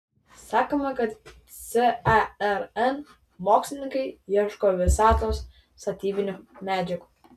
sakoma kad cern mokslininkai ieško visatos statybinių medžiagų